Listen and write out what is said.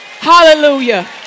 Hallelujah